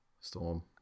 Storm